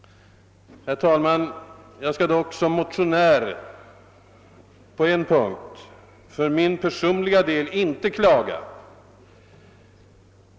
+ Herr. talman! Jag skall som motionär likväl på en punkt för min personliga del inte klaga.